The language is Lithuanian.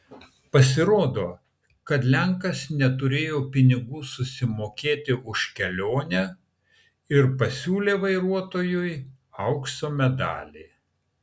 pasirodo kad lenkas neturėjo pinigų susimokėti už kelionę ir pasiūlė vairuotojui aukso medalį